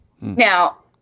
Now